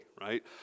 right